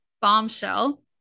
bombshell